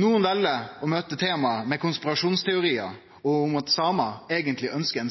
Nokre vel å møte temaet med konspirasjonsteoriar og med at samar eigentleg ønskjer ein